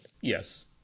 Yes